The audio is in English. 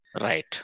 Right